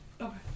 Okay